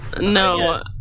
No